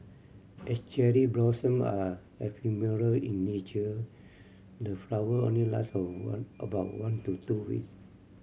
as cherry blossom are ephemeral in nature the flower only last a one about one to two weeks